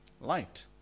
light